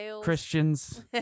Christians